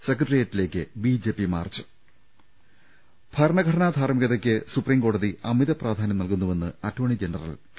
സെക്രട്ടേറിയറ്റിലേക്ക് B J P മാർച്ചും ഭരണഘടനാ ധാർമ്മികതയ്ക്ക് സുപ്രീം കോടതി അമിത പ്രാധാന്യം നൽകുന്നുവെന്ന് അറ്റോർണി ജനറൽ കെ